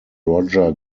roger